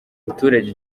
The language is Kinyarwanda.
abaturage